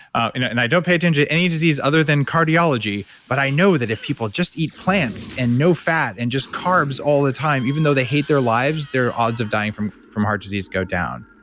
and i don't pay attention to any disease other than cardiology but i know that if people just eat plants and no fat and just carbs all the time even though they hate their lives, their odds of dying from from heart disease go down.